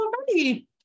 already